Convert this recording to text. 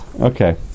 Okay